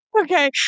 Okay